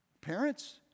parents